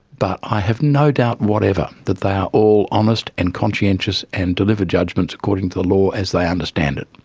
but i have no doubt whatever that they are all honest and conscientious and deliver judgements according to the law as they understand it.